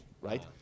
right